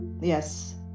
Yes